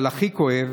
אבל הכי כואב